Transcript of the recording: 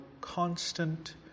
constant